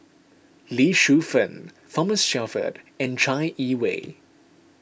Lee Shu Fen Thomas Shelford and Chai Yee Wei